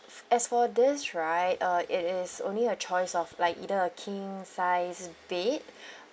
as for this right uh it is only a choice of like either a king sized bed